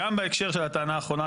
גם בהקשר של הטענה האחרונה,